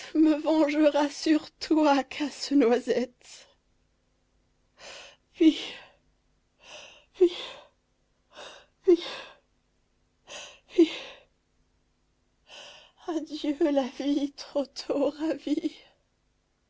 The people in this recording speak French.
me vengera sur toi casse-noisette pi pi pi pi adieu la vie trop tôt